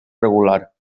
regular